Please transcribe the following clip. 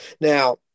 Now